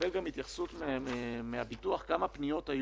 לקבל גם התייחסות מהביטוח, כמה פניות היו.